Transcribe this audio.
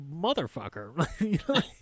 motherfucker